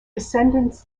descendants